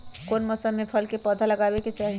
कौन मौसम में फल के पौधा लगाबे के चाहि?